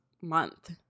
month